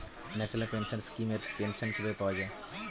National pension scheme এর pension কিভাবে পাওয়া যায়?